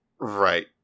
right